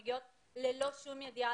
יש המון חיילות